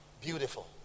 beautiful